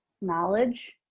knowledge